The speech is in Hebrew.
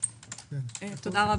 תודה.